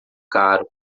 caro